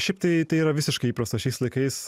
šiaip tai tai yra visiškai įprasta šiais laikais